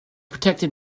protected